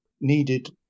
needed